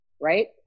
right